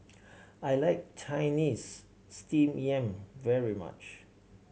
I like Chinese Steamed Yam very much